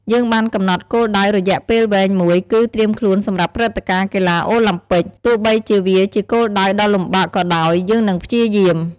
យើងបានកំណត់គោលដៅរយៈពេលវែងមួយ គឺ ត្រៀមខ្លួនសម្រាប់ព្រឹត្តិការណ៍កីឡាអូឡាំពិក ទោះបីជាវាជាគោលដៅដ៏លំបាកក៏ដោយ យើងនឹងព្យាយាម។